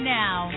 now